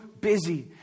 busy